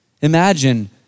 imagine